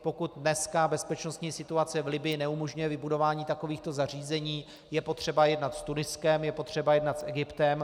Pokud dneska bezpečnostní situace v Libyi neumožňuje vybudování takovýchto zařízení, je potřeba jednat s Tuniskem, je potřeba jednat s Egyptem.